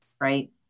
right